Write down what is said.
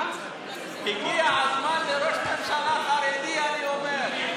הגיע הזמן לראש ממשלה חרדי, אני אומר.